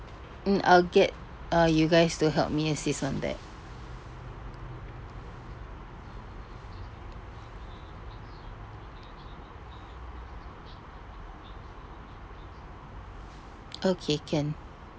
mm I'll get uh you guys to help me assist on that okay can